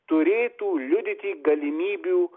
turėtų liudyti galimybių